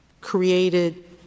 created